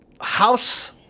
house